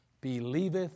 believeth